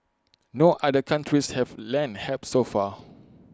no other countries have lent help so far